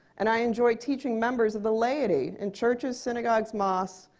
and i enjoy teaching members of the laity in churches, synagogues, mosques,